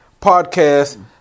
podcast